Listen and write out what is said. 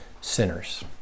sinners